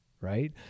right